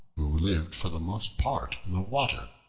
who lived for the most part in the water.